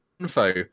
info